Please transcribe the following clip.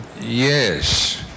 Yes